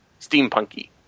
steampunky